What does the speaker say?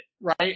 right